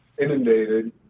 inundated